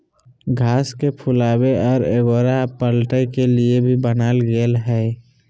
घास के फुलावे और एगोरा पलटय के लिए भी बनाल गेल हइ